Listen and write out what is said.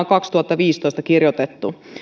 kaksituhattaviisitoista kirjoitettu